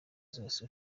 zose